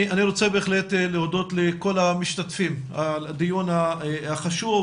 אני רוצה בהחלט להודות לכל המשתתפים על הדיון החשוב,